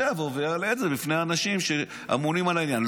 שיבוא ויעלה את זה בפני האנשים שאמונים על העניין.